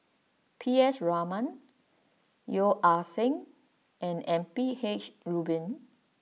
P S Raman Yeo Ah Seng and M P H Rubin